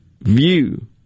view